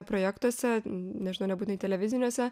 projektuose nežinau nebūtinai televiziniuose